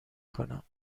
کنم